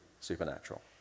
supernatural